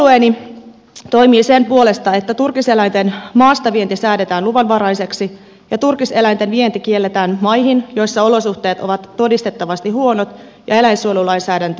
oma puolueeni toimii sen puolesta että turkiseläinten maastavienti säädetään luvanvaraiseksi ja turkiseläinten vienti kielletään maihin joissa olosuhteet ovat todistettavasti huonot ja eläinsuojelulainsäädäntö kehittymätöntä